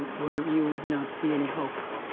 where you would not see any hope